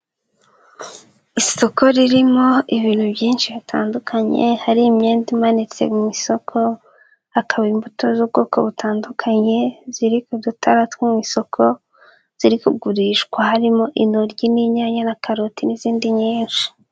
Isoko ririmo ibintu byinshi bitandukanye, hari imyenda imanitse mu isoko, hakaba imbuto z'ubwoko butandukanye, ziri ku dutara two mu isoko, ziri kugurishwa harimo intoryi n'inyanya na karoti n'izindi nyinshi.